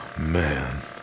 Man